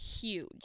huge